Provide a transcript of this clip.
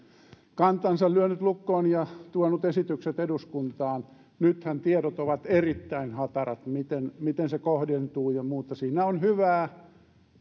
kantansa lyönyt lukkoon ja tuonut esitykset eduskuntaan nythän tiedot ovat erittäin hatarat siitä miten se kohdentuu ja muuta siinä on hyvää